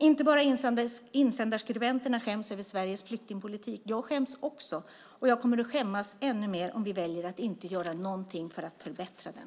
Inte bara insändarskribenterna skäms över Sveriges flyktingpolitik. Jag skäms också. Och jag kommer att skämmas ännu mer om vi väljer att inte göra någonting för att förbättra den.